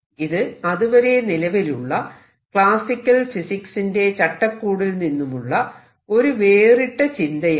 ഇത് അതുവരെ നിലവിലുള്ള ക്ലാസിക്കൽ ഫിസിക്സിന്റെ ചട്ടക്കൂടിൽ നിന്നുമുള്ള ഒരു വേറിട്ട ചിന്തയായിരുന്നു